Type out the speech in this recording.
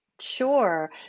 Sure